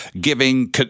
giving